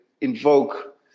invoke